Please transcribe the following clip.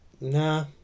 nah